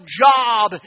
job